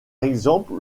exemple